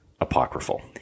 apocryphal